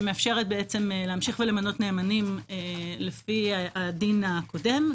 שמאפשרת להמשיך למנות נאמנים לפי הדין הקודם,